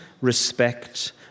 respect